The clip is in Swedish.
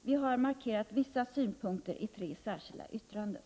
Vi har markerat vissa synpunkter i tre särskilda yttranden.